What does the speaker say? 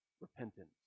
repentance